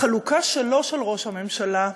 החלוקה שלו, של ראש הממשלה,